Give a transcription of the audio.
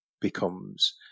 becomes